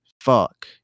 Fuck